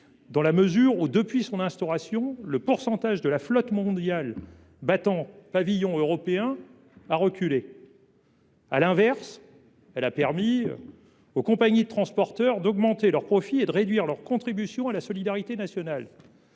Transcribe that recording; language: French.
dans la mesure où, depuis son instauration, la part de la flotte mondiale battant pavillon européen a reculé. À l’inverse, cette taxe a permis aux compagnies de transport maritime d’augmenter leurs profits et de réduire leur contribution à la solidarité nationale.